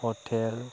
hotel